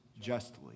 justly